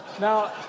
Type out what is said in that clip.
Now